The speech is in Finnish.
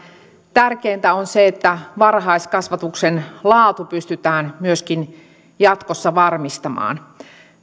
tärkeintä se että varhaiskasvatuksen laatu pystytään myöskin jatkossa varmistamaan